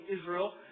Israel